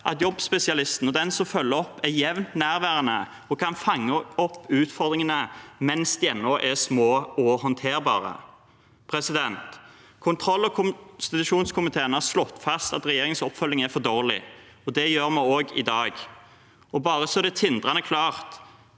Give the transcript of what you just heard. at jobbspesialisten og den som følger opp, er jevnt nærværende og kan fange opp utfordringene mens de ennå er små og håndterbare. Kontroll- og konstitusjonskomiteen har slått fast at regjeringens oppfølging er for dårlig, og det gjør også vi i dag. Bare så det er tindrende klart: